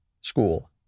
school